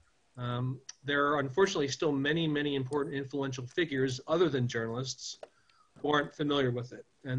אבל עדיין יש אנשים משפיעים מעבר לעיתונאים שלא מכירים בכך ולכן